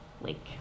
lake